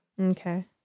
Okay